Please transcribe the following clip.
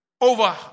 over